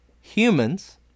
humans